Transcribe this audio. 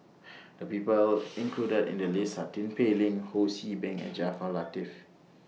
The People included in The list Are Tin Pei Ling Ho See Beng and Jaafar Latiff